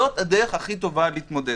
זאת הדרך הכי טובה להתמודד.